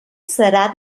serà